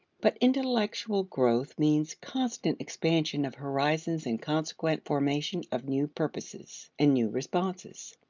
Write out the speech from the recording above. but intellectual growth means constant expansion of horizons and consequent formation of new purposes and new responses.